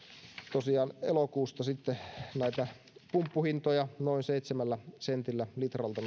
tosiaan nyt elokuusta näitä pumppuhintoja noin seitsemällä sentillä litralta